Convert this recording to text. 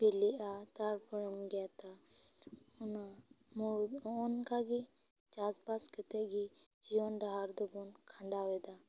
ᱵᱤᱞᱤᱜᱼᱟ ᱛᱟᱨᱯᱚᱨᱮᱢ ᱜᱮᱫᱟ ᱟᱱᱟ ᱢᱳᱲ ᱱᱚᱜᱼᱚ ᱱᱚᱝᱠᱟ ᱜᱮ ᱪᱟᱥ ᱵᱟᱥ ᱠᱟᱛᱮᱫ ᱜᱮ ᱡᱤᱭᱚᱱ ᱰᱟᱦᱟᱨ ᱫᱚᱵᱚᱱ ᱠᱷᱟᱸᱰᱟᱣ ᱮᱫᱟ